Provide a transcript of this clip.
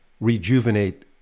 rejuvenate